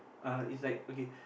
uh it's like okay